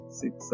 six